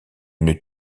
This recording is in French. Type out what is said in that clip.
une